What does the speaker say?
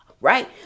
Right